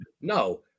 no